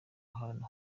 ahantu